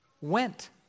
went